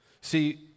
See